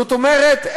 זאת אומרת,